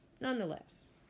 nonetheless